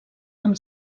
amb